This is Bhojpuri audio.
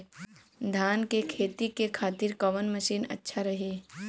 धान के खेती के खातिर कवन मशीन अच्छा रही?